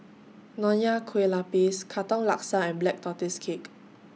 Nonya Kueh Lapis Katong Laksa and Black Tortoise Cake